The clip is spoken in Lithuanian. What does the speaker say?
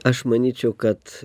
aš manyčiau kad